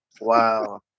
Wow